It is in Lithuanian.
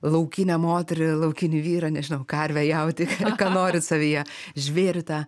laukinę moterį laukinį vyrą nežinau karvę jautį ką norit savyje žvėrį tą